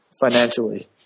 financially